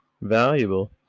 valuable